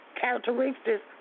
Characteristics